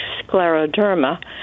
scleroderma